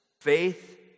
faith